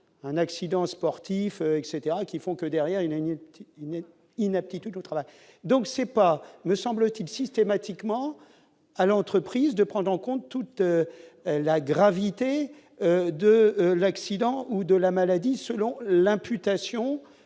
un accident sportifs etc qui font que, derrière, il y a une petite inné inaptitude au travail. Donc c'est pas, me semble-t-il systématiquement à l'entreprise de prendre en compte toute la gravité de l'accident ou de la maladie, selon l'imputation